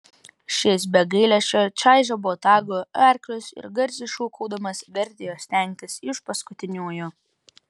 šis be gailesčio čaižė botagu arklius ir garsiai šūkaudamas vertė juos stengtis iš paskutiniųjų